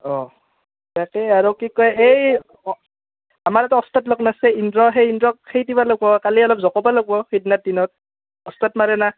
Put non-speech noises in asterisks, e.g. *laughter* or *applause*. অঁ তাকেই আৰু কি কয় এই আমাৰ *unintelligible* লগ নাছে ইন্দ্ৰ সেই ইন্দ্ৰ সেই দিবা লাগব কালি অলপ জক'বা লাগব সেইদিনাৰ দিনত *unintelligible* মাৰে না